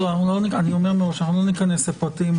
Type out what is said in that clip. לא ניכנס לפרטים.